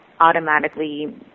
automatically